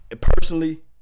personally